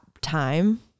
time